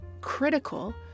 critical